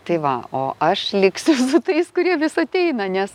tai va o aš liksiu su tais kurie vis ateina nes